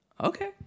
okay